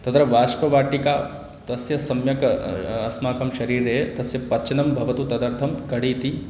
तत्र वाष्पवाटिका तस्य सम्यक् अस्माकं शरीरे तस्य पचनं भवतु तदर्थं कडीति